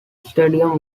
stadium